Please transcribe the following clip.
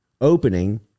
opening